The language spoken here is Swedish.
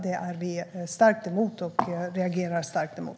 Det är vi starkt emot och reagerar starkt emot.